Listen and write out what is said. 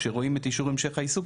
כשרואים את אישור המשך העיסוק,